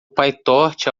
pytorch